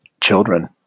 children